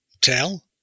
tell